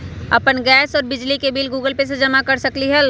अपन गैस और बिजली के बिल गूगल पे से जमा कर सकलीहल?